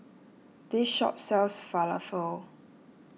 this shop sells Falafel